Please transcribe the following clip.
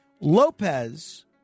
Lopez